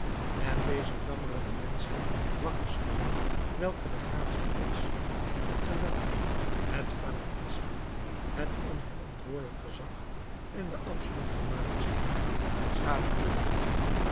en deze jammerende menschheid wakkerschudden welke de gratie gods het geweld het fanatisme het onverantwoordelijk gezag en de absolute majesteit met schaduw bedekken